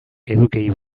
edukiei